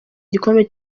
igikombe